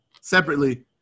separately